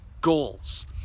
goals